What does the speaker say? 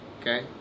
okay